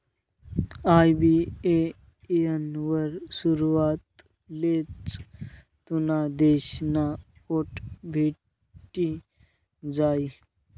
IBAN वर सुरवातलेच तुना देश ना कोड भेटी जायी